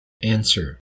Answer